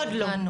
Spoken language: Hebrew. עוד לא.